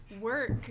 work